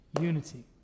unity